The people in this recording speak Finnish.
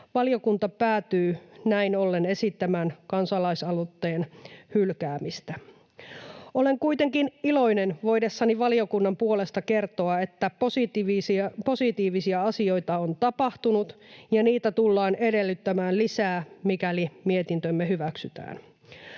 Valiokunta päätyy näin ollen esittämään kansalaisaloitteen hylkäämistä. Olen kuitenkin iloinen voidessani valiokunnan puolesta kertoa, että positiivisia asioita on tapahtunut ja niitä tullaan edellyttämään lisää, mikäli mietintömme hyväksytään.